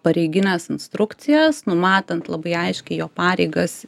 pareigines instrukcijas numatant labai aiškiai jo pareigas